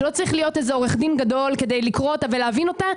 שלא צריך להיות איזה עורך דין גדול כדי לקרוא אותה ולהבין אותה,